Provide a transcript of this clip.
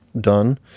done